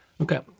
Okay